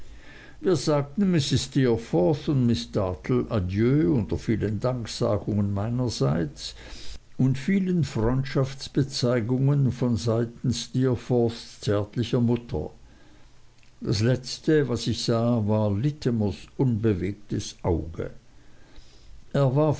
wir sagten mrs steerforth und miß dartle adieu unter vielen danksagungen meinerseits und vielen freundschaftsbezeigungen von seiten steerforths zärtlicher mutter das letzte was ich sah war littimers unbewegtes auge